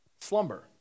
slumber